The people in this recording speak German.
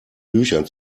büchern